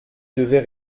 devait